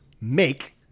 make